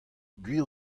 gwir